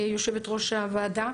יושבת ראש הוועדה,